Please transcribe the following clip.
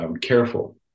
Careful